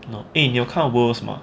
eh 你有看 worlds 吗